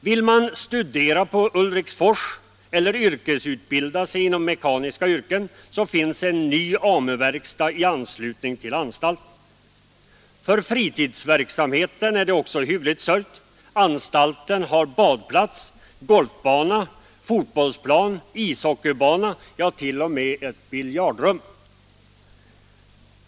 Vill man studera på Ulriksfors eller yrkesutbilda sig inom de mekaniska yrkena, så finns det en ny AMU-verkstad i anslutning till anstalten. För fritidsverksamheten är det också hyggligt sörjt. Anstalten har badplats, golfbana, fotbollsplan. ishockeybana, ja, t.o.m. ett biljardrum.